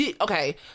Okay